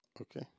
Okay